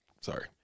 Sorry